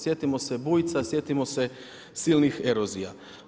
Sjetimo se Bujca, sjetimo se silnih erozija.